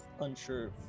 unsure